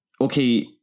okay